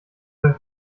der